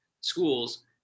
schools